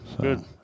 good